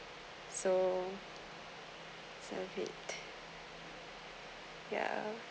so so a bit ya